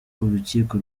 urukiko